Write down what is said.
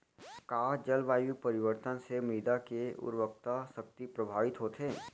का जलवायु परिवर्तन से मृदा के उर्वरकता शक्ति प्रभावित होथे?